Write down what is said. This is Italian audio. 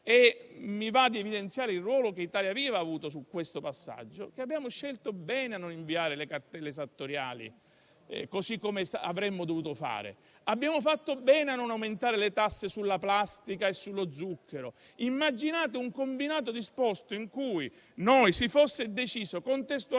in merito, sottolineo il ruolo che Italia Viva ha avuto su questo passaggio: abbiamo fatto bene a non inviare le cartelle esattoriali, così come avremmo dovuto fare. Abbiamo fatto bene a non aumentare le tasse sulla plastica e sullo zucchero. Immaginate il combinato disposto di altre chiusure, aumento